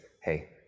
hey